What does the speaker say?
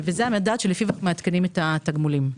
זה המדד שלפיו מעדכנים את התגמולים.